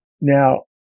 Now